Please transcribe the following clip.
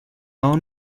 are